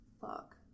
fuck